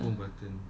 oh dear